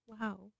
wow